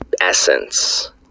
essence